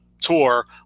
tour